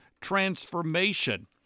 Transformation